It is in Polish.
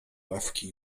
ławki